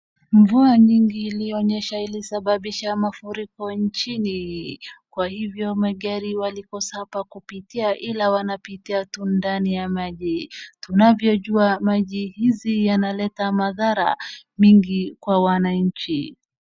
Mvua nyingi ilionyesha ilisababisha mafuriko nchini, kwa hivyo magari waliposapa kupitia ila wanapitia tu ndani ya maji. Tunavyio jua maji haya yanaleta madhara mingi kwa wananchi.